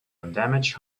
undamaged